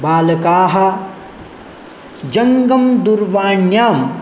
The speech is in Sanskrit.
बालकाः जङ्गमदूरवाण्यां